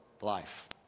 life